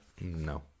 No